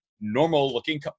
Normal-looking